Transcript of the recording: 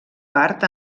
part